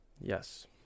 Yes